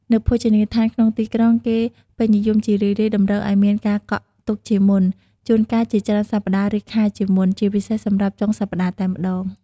នៅភោជនីយដ្ឋានក្នុងទីក្រុងគេពេញនិយមជារឿយៗតម្រូវឱ្យមានការកក់ទុកជាមុន ជួនកាលជាច្រើនសប្តាហ៍ ឬខែជាមុន ជាពិសេសសម្រាប់ចុងសប្តាហ៍តែម្តង។